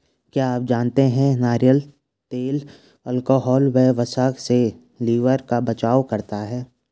क्या आप जानते है नारियल तेल अल्कोहल व वसा से लिवर का बचाव करता है?